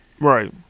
Right